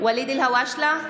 ואליד אלהואשלה,